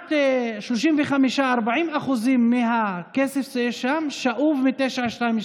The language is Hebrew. כמעט 35%, 40% מהכסף שם שאובים מ-922,